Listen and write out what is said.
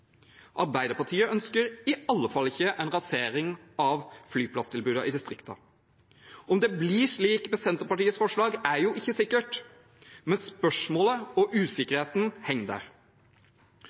Arbeiderpartiet ønsker i alle fall ikke en rasering av flyplasstilbudene i distriktene. At det blir slik med Senterpartiets forslag, er ikke sikkert, men spørsmålet og usikkerheten henger der.